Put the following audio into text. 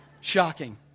Shocking